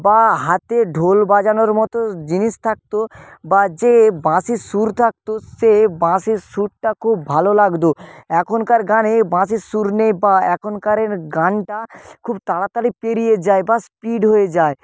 বা হাতে ঢোল বাজানোর মত জিনিস থাকতো বা যে বাঁশির সুর থাকতো সে বাঁশির সুরটা খুব ভালো লাগতো এখনকার গানে বাঁশির সুর নেই বা এখনকারের গানটা খুব তাড়াতাড়ি পেরিয়ে যায় বা স্পিড হয়ে যায়